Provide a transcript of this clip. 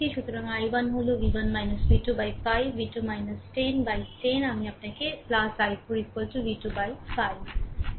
সুতরাং i1 হল v1 v2 বাই5 v2 10 বাই10 আমি আপনাকে i4 v2 বাই5